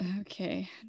okay